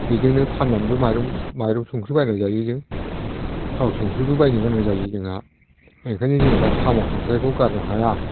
बेजोंनो फाननानैबो माइरं संख्रि बायना जायो जों थाव संख्रिबो बायनो गोनां जायो जोंहा ओंखायनो जोङो दा साम' खांख्रायखौ गारनो हाया